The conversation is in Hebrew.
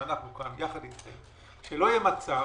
יחד אתכם גורמים שלא יהיה מצב